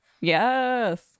Yes